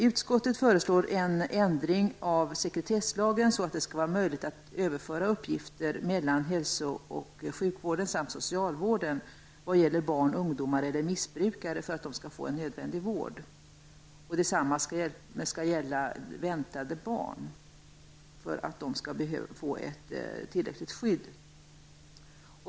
Utskottet föreslår en ändring av sekretesslagen, så att det skall vara möjligt att överföra uppgifter mellan å ena sidan hälso och sjukvården och å andra sidan socialvården vad gäller barn, ungdomar eller missbrukare, för att dessa skall få nödvändig vård. Detsamma skall gälla väntade barn, så att dessa skall få ett tillräckligt skydd.